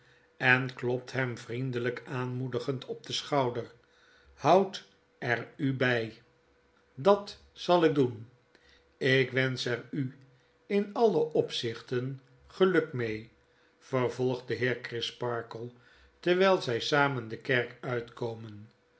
en klopt hem vriendelyk aanmoedigend op denschouder houderuby b dat zal ik doen ik wensch er u in alle opzichten geluk mee vervolgt de'heer crisparkle terwyl zij samen de kerk uitkomen